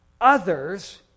Others